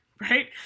Right